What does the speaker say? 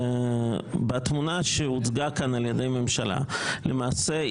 בתמונה שהוצגה כאן על ידי הממשלה למעשה,